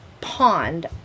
pond